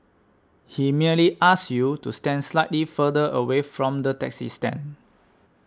he merely asked you to stand slightly further away from the taxi stand